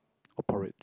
or porridge